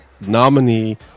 nominee